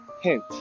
hint